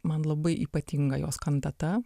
man labai ypatinga jos kantata